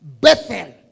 Bethel